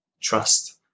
trust